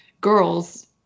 girls